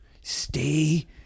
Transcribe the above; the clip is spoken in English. Stay